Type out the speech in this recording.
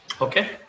Okay